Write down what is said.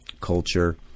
culture